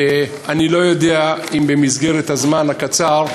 אני לא יודע אם במסגרת הזמן הקצר,